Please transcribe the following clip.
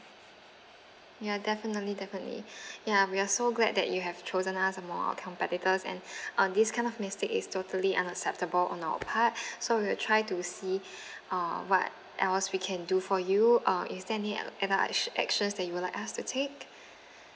ya definitely definitely ya we're so glad that you have chosen us among our competitors and on this kind of mistake it's totally unacceptable on our part so we'll try to see uh what else we can do for you uh is there any uh other act~ actions that you would like us to take